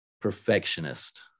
perfectionist